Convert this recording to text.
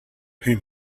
whom